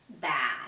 bad